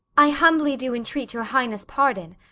i humbly do entreat your highnesse pardon,